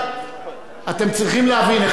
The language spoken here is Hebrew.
אתם צריכים להבין,